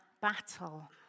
battle